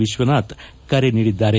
ವಿಶ್ವನಾಥ್ ಕರೆ ನೀಡಿದ್ದಾರೆ